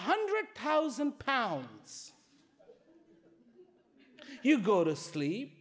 hundred thousand pounds you go to sleep